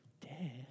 Dad